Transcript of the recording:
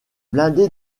blindé